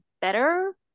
better